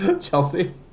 Chelsea